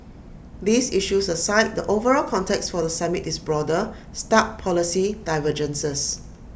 these issues aside the overall context for the summit is broader stark policy divergences